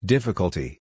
Difficulty